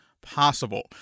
possible